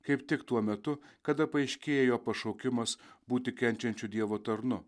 kaip tik tuo metu kada paaiškėjo pašaukimas būti kenčiančio dievo tarnu